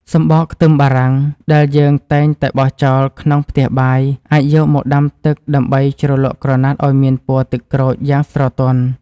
សំបកខ្ទឹមបារាំងដែលយើងតែងតែបោះចោលក្នុងផ្ទះបាយ អាចយកមកដាំទឹកដើម្បីជ្រលក់ក្រណាត់ឱ្យមានពណ៌ទឹកក្រូចយ៉ាងស្រទន់។